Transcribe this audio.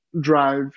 drive